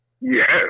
Yes